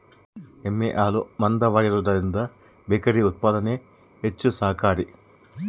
ಎಮ್ಮೆ ಹಾಲು ಮಂದವಾಗಿರುವದರಿಂದ ಬೇಕರಿ ಉತ್ಪಾದನೆಗೆ ಹೆಚ್ಚು ಸಹಕಾರಿ